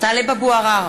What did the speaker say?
טלב אבו עראר,